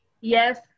Yes